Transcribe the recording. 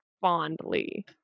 fondly